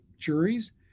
juries